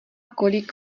kolik